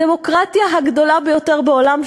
הדמוקרטיה הגדולה ביותר בעולם,